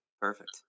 Perfect